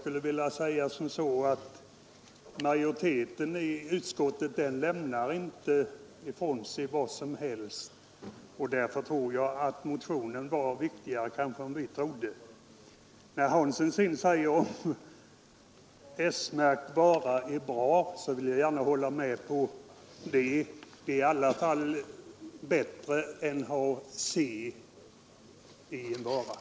Jag vill svara att majoriteten i utskottet inte lämnar ifrån sig vad som helst; därför var väl motionen viktigare än vi trodde. När herr Hansson sedan säger att en s-märkt vara är bra, vill jag gärna hålla med honom =— det är i alla fall bättre att en vara är märkt med ett s än att den är c-märkt.